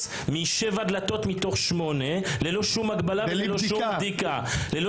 משבע דלתות מתוך שמונה ללא שום הגבלה וללא שום בדיקה.